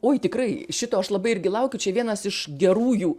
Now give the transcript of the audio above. oi tikrai šito aš labai irgi laukiu čia vienas iš gerųjų